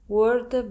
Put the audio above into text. word